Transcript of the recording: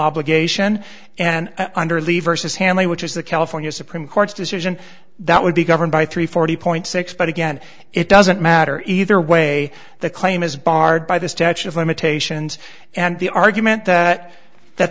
obligation and under lever says hanley which is the california supreme court's decision that would be governed by three forty point six but again it doesn't matter either way the claim is barred by the statute of limitations and the argument that that